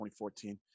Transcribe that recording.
2014